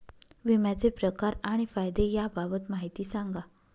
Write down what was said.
विम्याचे प्रकार आणि फायदे याबाबत माहिती सांगा